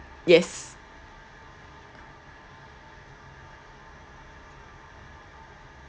yes